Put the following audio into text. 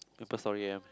Maple-Story-M